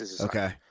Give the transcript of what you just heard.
Okay